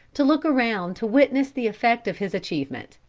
to look around to witness the effect of his achievement.